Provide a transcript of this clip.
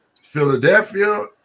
Philadelphia